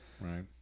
Right